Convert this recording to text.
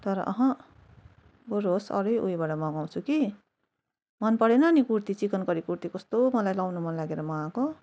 तर अँह बरु होस् अरू उयोबाट मगाउँछु कि मन परेन नि कुर्ती चिकन करी कुर्ती कस्तो मलाई लाउनु मन लागेर मगाएको